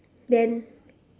then